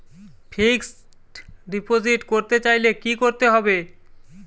Fixed deposit করতে চাইলে কি করতে হবে?